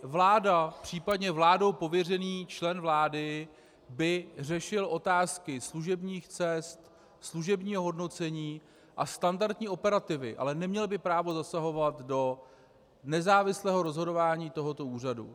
Vláda, případně vládou pověřený člen vlády by řešil otázky služebních cest, služebního hodnocení a standardní operativy, ale neměl by právo zasahovat do nezávislého rozhodování tohoto úřadu.